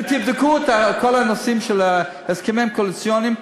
ותבדקו את כל הנושאים של ההסכמים הקואליציוניים,